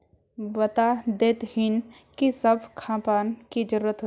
बता देतहिन की सब खापान की जरूरत होते?